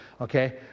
okay